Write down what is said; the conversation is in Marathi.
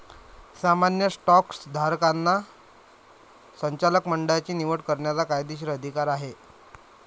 सामान्य स्टॉकधारकांना संचालक मंडळाची निवड करण्याचा कायदेशीर अधिकार देखील आहे